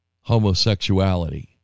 homosexuality